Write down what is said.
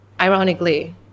ironically